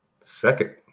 second